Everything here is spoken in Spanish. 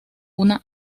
una